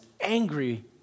angry